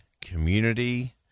community